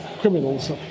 criminals